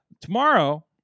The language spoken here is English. Tomorrow